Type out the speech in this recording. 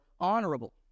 honorable